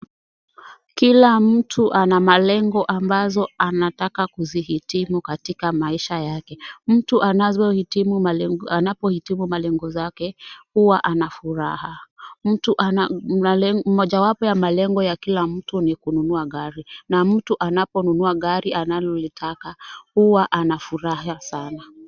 Kila mtu ana malengo ambazo anataka kuzihitimu katika maisha yake. Mtu anapohitimu malengo zake huwa ana furaha. Mojawapo ya malengo ya kila mtu ni kununua gari na mtu anaponunua gari analolitaka huwa ana furaha sana.